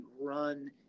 run